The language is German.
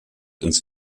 ins